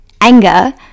anger